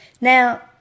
Now